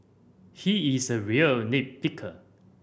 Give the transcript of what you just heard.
he is a real nit picker